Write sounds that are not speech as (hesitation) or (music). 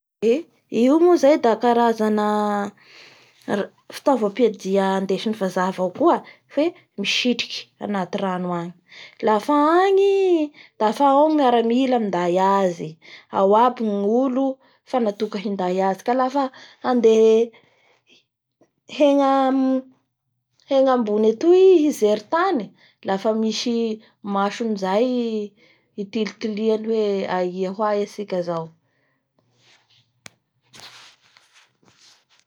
Eee! Io moa zay da karazana ra-fitaovampiadia ny vazaha avao koa fe misitriky anaty rano ao angy lafa agny i dafa ao ny miaramila minday anazy, aoa by ny olo fa natoka hinday azy ka lafa hande hi-egna ambony atoy i hijery tany lafa misy (hesitation) masony zay titiliany hoe aiahoaia atsika zao